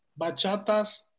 bachatas